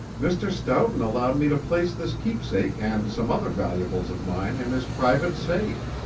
mr. stoughton allowed me to place this keepsake and some other valuables of mine in his private safe.